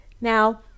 now